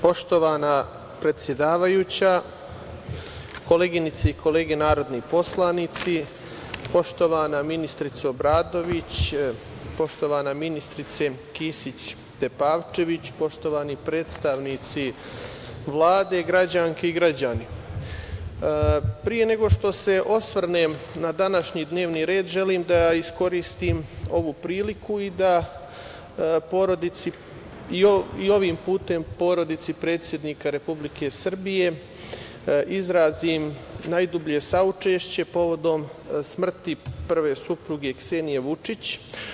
Poštovana predsedavajuća, koleginice i kolege narodni poslanici, poštovana ministarko Obradović, poštovana ministarko Kisić Tepavčević, poštovani predstavnici Vlade, građanke i građani, pre nego što se osvrnem na današnji dnevni red želim da iskoristim ovu priliku i da i ovim putem porodici predsednika Republike Srbije izrazim najdublje saučešće povodom smrti prve supruge, Ksenije Vučić.